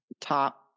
top